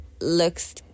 looks